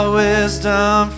wisdom